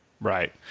Right